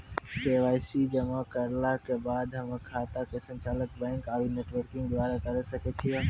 KYC जमा करला के बाद हम्मय खाता के संचालन बैक आरू नेटबैंकिंग द्वारा करे सकय छियै?